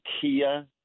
Kia